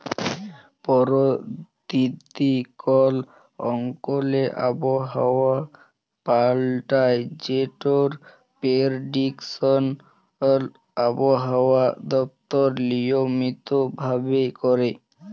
পরতিদিল কল অঞ্চলে আবহাওয়া পাল্টায় যেটর পেরডিকশল আবহাওয়া দপ্তর লিয়মিত ভাবে ক্যরে